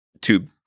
tube